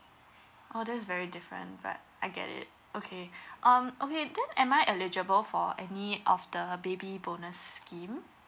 oh that's very different but I get it okay um okay then am I eligible for any of the baby bonus scheme